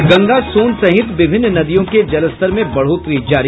और गंगा सोन सहित विभिन्न नदियों के जलस्तर में बढ़ोतरी जारी